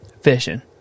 Fishing